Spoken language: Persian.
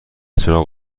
چراغ